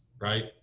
right